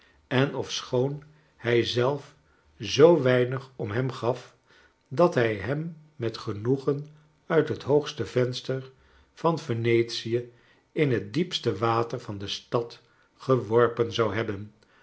en ofschoon hij zelf zoo weinig om hem gaf dat hij hem met genoegen uit het hoogste venster van venetie in het diepste water van de stad geworpen zou hebben